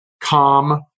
calm